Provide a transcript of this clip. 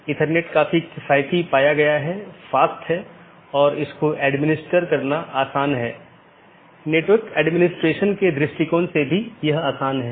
पथ को पथ की विशेषताओं के रूप में रिपोर्ट किया जाता है और इस जानकारी को अपडेट द्वारा विज्ञापित किया जाता है